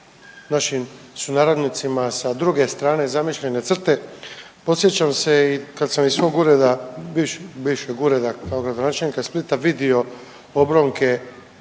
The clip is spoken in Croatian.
našim sunarodnicima sa druge strane zamišljene crte. Podsjećam se i kad sam iz svog ureda, bivšeg ureda kao gradonačelnika Splita vidio obronke